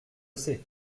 sait